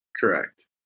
Correct